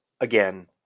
again